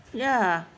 ya